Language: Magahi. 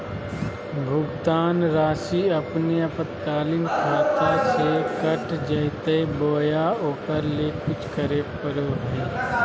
भुक्तान रासि अपने आपातकालीन खाता से कट जैतैय बोया ओकरा ले कुछ करे परो है?